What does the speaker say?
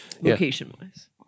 location-wise